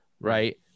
Right